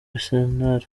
arsenal